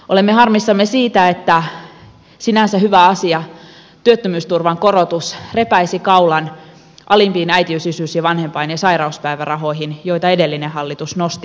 olemme harmissamme siitä että sinänsä hyvä asia työttömyysturvan korotus repäisi kaulan alimpiin äitiys isyys vanhempain ja sairauspäivärahoihin joita edellinen hallitus nosti